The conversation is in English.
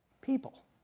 People